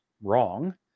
wrong